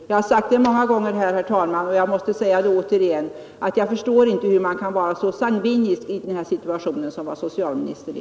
Jag har sagt det många gånger här, herr talman, och jag måste säga det än en gång, att jag förstår inte att man kan vara så sangvinisk i den här situationen som socialministern är.